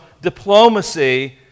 diplomacy